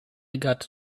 got